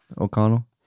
O'Connell